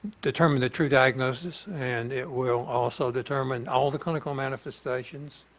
determine the true diagnosis and it will also determine all the clinical manifestations,